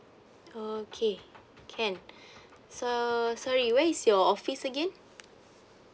okay can so sorry where is your office again